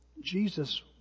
Jesus